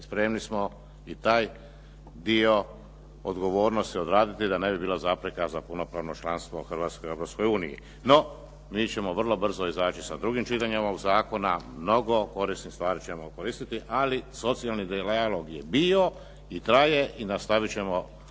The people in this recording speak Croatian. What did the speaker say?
spremni smo i taj dio odgovornosti odraditi da ne bi bilo zapreka za punopravno članstvo Hrvatske u Europskoj uniji. No, mi ćemo vrlo brzo izaći sa drugim čitanjem ovog zakona, mnogo korisnih stvari ćemo koristiti, ali socijalni dijalog je bio i traje i nastaviti ćemo